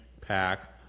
pack